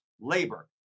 Labor